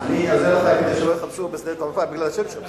אני עזרתי לך בנשיאות היום שהדיון המהיר שלך